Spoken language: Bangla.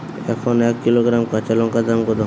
এখন এক কিলোগ্রাম কাঁচা লঙ্কার দাম কত?